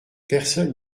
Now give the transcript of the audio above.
personne